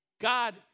God